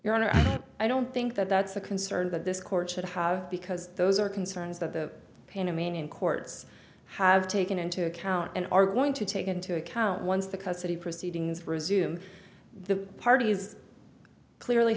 honor i don't think that that's a concern that this court should have because those are concerns that the panamanian courts have taken into account and are going to take into account once the custody proceedings resume the parties clearly